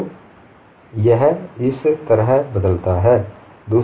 तो यह इस तरह बदलता है